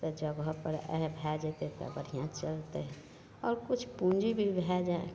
ओहि जगहपर आइ भए जएतै तऽ बढ़िआँ चलतै आओर किछु पूँजी भी भए जाए